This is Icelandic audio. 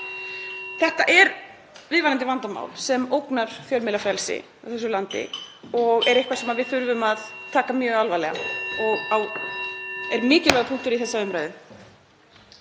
Þetta er viðvarandi vandamál sem ógnar fjölmiðlafrelsi á þessu landi. Þetta er eitthvað sem við þurfum að taka mjög alvarlega og er mikilvægur punktur í þessa umræðu.